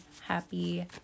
Happy